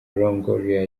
longoria